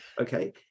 Okay